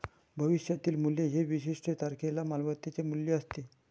भविष्यातील मूल्य हे विशिष्ट तारखेला मालमत्तेचे मूल्य असते